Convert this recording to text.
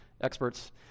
experts